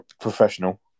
professional